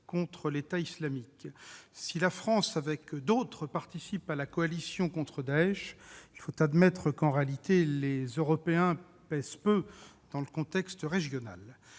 contre l'État islamique. Si la France, avec d'autres, participe à la coalition contre Daech, il faut admettre qu'en réalité les Européens pèsent peu dans le contexte régional.